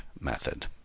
method